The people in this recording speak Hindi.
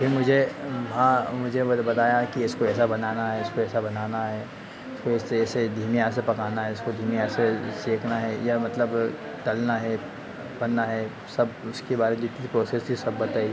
फिर मुझे हाँ मुझे बताया कि इसको ऐसा बनाना है इसको ऐसा बनाना है फिर इसे ऐसे धीमी आँच से पकाना है इसको धीमी आँच से सेंकना है या मतलब तलना है बनना है सब उसकी बारे में जितनी भी प्रोसेस थी सब बताई